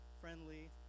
friendly